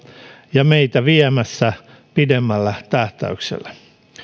ja meitä viemässä pidemmällä tähtäyksellä